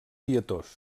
pietós